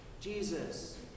Jesus